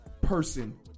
person